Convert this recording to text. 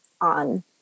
on